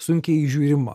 sunkiai įžiūrima